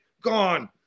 gone